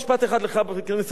חבר הכנסת טלב אלסאנע,